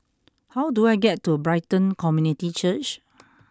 how do I get to Brighton Community Church